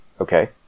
okay